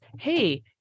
hey